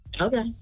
okay